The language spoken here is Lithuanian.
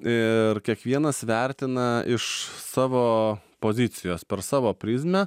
ir kiekvienas vertina iš savo pozicijos per savo prizmę